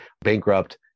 bankrupt